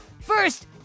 First